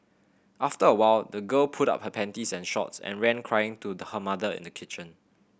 after a while the girl pulled up her panties and shorts and ran crying to her mother in the kitchen